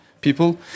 people